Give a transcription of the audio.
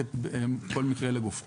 נבדקת לגופו של מקרה.